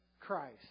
Christ